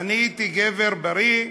ואני הייתי גבר בריא,